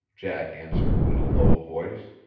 jack answered in a low voice.